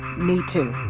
me too.